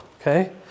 Okay